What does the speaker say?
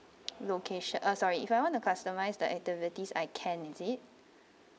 location ah sorry if I want to customize the activities I can is it